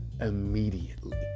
immediately